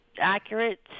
Accurate